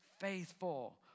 faithful